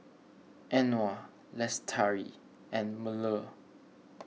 Anuar Lestari and Melur